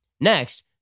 Next